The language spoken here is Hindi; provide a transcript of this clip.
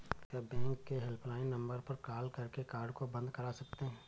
क्या बैंक के हेल्पलाइन नंबर पर कॉल करके कार्ड को बंद करा सकते हैं?